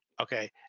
Okay